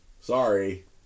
Sorry